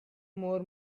more